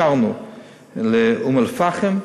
אישרנו גם לאום-אלפחם,